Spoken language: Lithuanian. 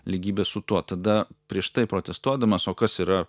lygybė su tuo tada prieš tai protestuodamas o kas yra